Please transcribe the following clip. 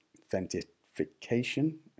authentication